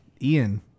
Ian